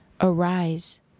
arise